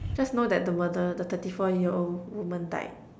just know that the murderer the thirty four year old woman died